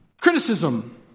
criticism